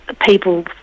people